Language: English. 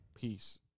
Peace